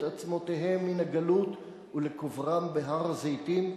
עצמותיהם מן הגלות ולקוברם בהר-הזיתים,